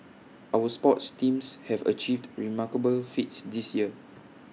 our sports teams have achieved remarkable feats this year